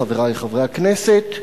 חברי חברי הכנסת.